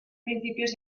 principios